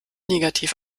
negativ